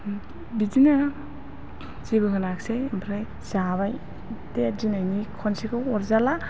बिदिनो जेबो होनाखिसै ओमफ्राय जाबाय दे दिनैनि खनसेखौ अरजाला